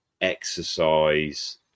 exercise